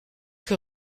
que